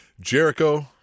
Jericho